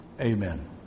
Amen